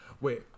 wait